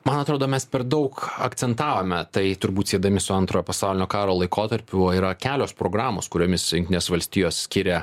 man atrodo mes per daug akcentavome tai turbūt siedami su antrojo pasaulinio karo laikotarpiu yra kelios programos kuriomis jungtinės valstijos skiria